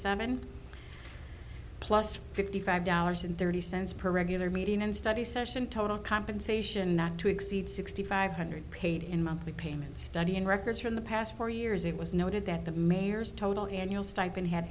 seven plus fifty five dollars and thirty cents per regular meeting and study session total compensation not to exceed sixty five hundred paid in monthly payment study in records from the past four years it was noted that the mayor's total annual stipend had